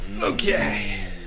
okay